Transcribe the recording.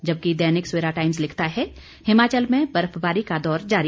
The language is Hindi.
जबकि दैनिक सवेरा टाइम्स लिखता है हिमाचल में बर्फबारी का दौर जारी